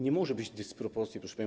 Nie może być dysproporcji, proszę pani.